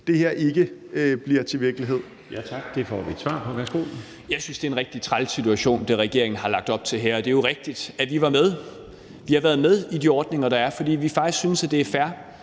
det her ikke bliver til virkelighed.